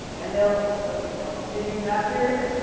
and they'll you know did you not hear?